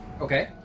Okay